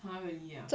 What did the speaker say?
!huh! really ah